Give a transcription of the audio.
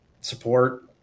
support